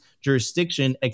jurisdiction